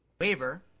waiver